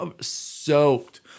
soaked